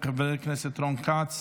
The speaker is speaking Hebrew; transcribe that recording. חבר הכנסת רון כץ,